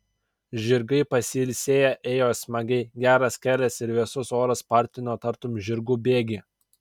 žirgai pasilsėję ėjo smagiai geras kelias ir vėsus oras spartino tartum žirgų bėgį